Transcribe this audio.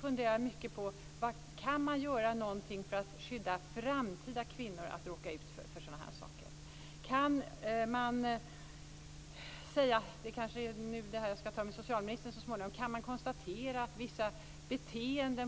funderar jag mycket på om man kan göra något för att skydda framtida kvinnor från att råka ut för sådana saker. Kan man konstatera att vissa beteenden på ett tidigt stadium hos män kan så att säga varna dessa kvinnor?